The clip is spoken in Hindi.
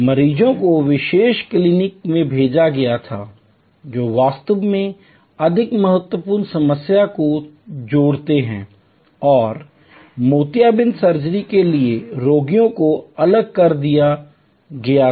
मरीजों को विशेष क्लीनिक में भेजा गया था जो वास्तव में अधिक महत्वपूर्ण समस्या को जोड़ते हैं और मोतियाबिंद सर्जरी के लिए रोगियों को अलग कर दिया गया था